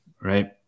right